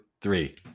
three